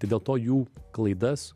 tai dėl to jų klaidas